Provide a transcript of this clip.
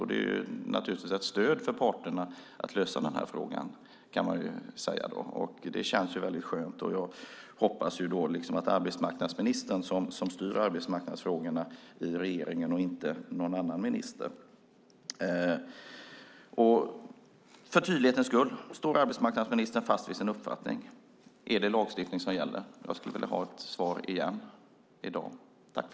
Det är också ett stöd för parterna att lösa frågan, kan man säga, och det känns skönt. Jag hoppas att arbetsmarknadsministern, som är den som styr arbetsmarknadsfrågorna i regeringen, för tydlighetens skull svarar på frågan: Står arbetsmarknadsministern fast vid sin uppfattning? Är det lagstiftning som gäller? Jag skulle vilja ha ett svar i dag igen.